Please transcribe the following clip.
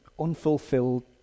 unfulfilled